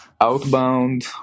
outbound